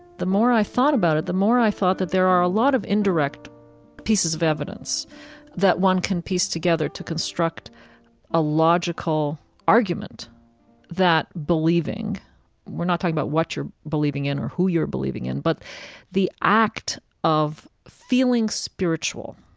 the more i thought about it, the more i thought that there are a lot of indirect pieces of evidence that one can piece together to construct a logical argument that believing we're not talking about what you're believing in or who you're believing in but the act of feeling spiritual,